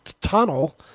tunnel